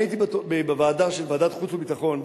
אני הייתי בישיבה של ועדת חוץ וביטחון,